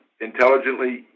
intelligently